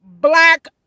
black